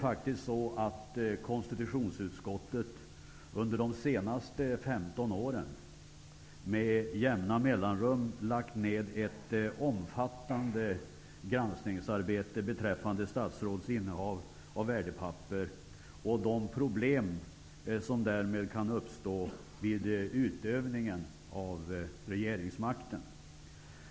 Faktiskt har konstitutionsutskottet under de senaste 15 åren med jämna mellanrum lagt ned ett omfattande granskningsarbete beträffande statsråds innehav av värdepapper och de problem som därmed kan uppstå vid utövningen av regeringsmakten.